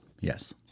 Yes